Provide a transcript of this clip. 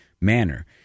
manner